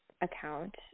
account